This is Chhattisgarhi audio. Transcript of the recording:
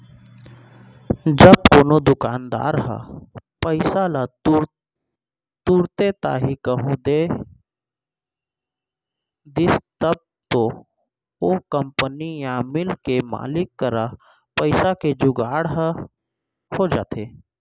जब कोनो दुकानदार ह पइसा ल तुरते ताही कहूँ दे दिस तब तो ओ कंपनी या मील के मालिक करा पइसा के जुगाड़ ह हो जाथे